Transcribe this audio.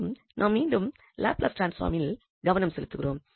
மேலும் நாம் மீண்டும் லாப்லஸ் டிரான்ஸ்ஃபாமில் கவனம் செலுத்துகிறோம்